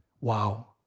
wow